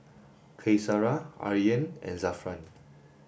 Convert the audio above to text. Qaisara Aryan and Zafran